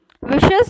wishes